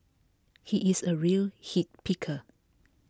he is a real hit picker